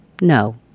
No